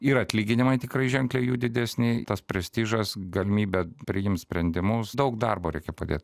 ir atlyginimai tikrai ženkliai jų didesni tas prestižas galimybė priimt sprendimus daug darbo reikia padėt